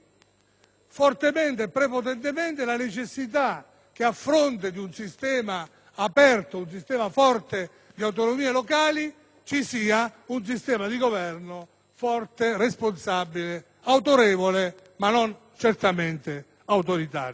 fortemente e prepotentemente la necessità che, a fronte di un sistema aperto e forte di autonomie locali, ci sia un sistema di governo forte, responsabile, autorevole, ma non certamente autoritario.